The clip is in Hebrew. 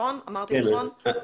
אמרתי נכון?